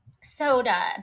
soda